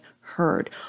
heard